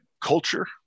culture